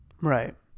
Right